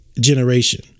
generation